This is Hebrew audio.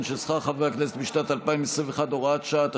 של שכר חברי הכנסת בשנת 2021 (הוראת שעה),